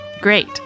great